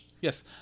yes